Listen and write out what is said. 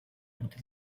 until